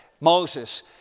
Moses